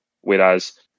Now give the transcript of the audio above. whereas